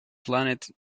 planet